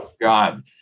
God